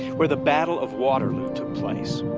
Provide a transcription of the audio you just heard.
where the battle of waterloo took place.